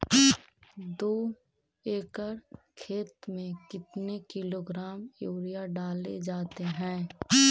दू एकड़ खेत में कितने किलोग्राम यूरिया डाले जाते हैं?